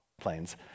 planes